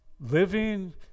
living